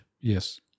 Yes